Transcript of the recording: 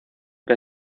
que